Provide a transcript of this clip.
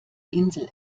insel